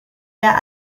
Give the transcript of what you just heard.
der